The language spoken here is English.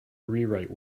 rewrite